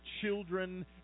children